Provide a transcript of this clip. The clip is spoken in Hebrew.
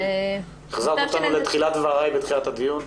החזרת אותנו לתחילת דבריי בתחילת הדיון.